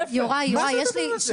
יוראי, יש לי שאלה -- מה זה הדבר הזה?